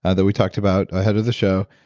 ah that we talked about ahead of the show.